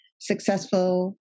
successful